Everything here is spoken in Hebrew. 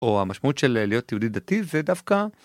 או המשמעות של להיות יהודי דתי זה דווקא.